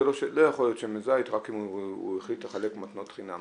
לא יכול להיות שמן זית רק אם הוא החליט לחלק מתנות חינם.